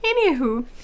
anywho